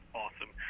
awesome